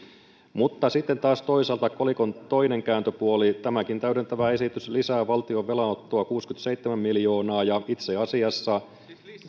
mutta sitten on taas toisaalta kolikon kääntöpuoli tämäkin täydentävä esitys lisää valtion velanottoa kuusikymmentäseitsemän miljoonaa ja itse asiassa